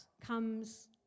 comes